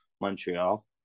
Montreal